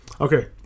Okay